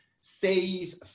save